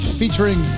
featuring